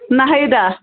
ناحیداہ